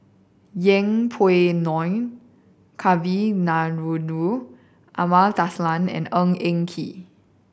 Yeng Pway Ngon Kavignareru Amallathasan and Ng Eng Kee